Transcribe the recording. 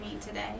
today